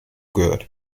gehört